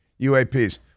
UAPs